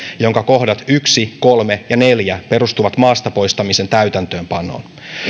jonka kohdat yksi kolme ja neljä perustuvat maasta poistamisen täytäntöönpanoon